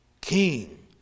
king